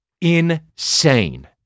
insane